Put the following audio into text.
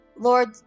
Lord